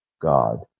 God